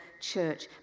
church